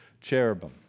cherubim